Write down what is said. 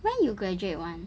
when you graduate [one]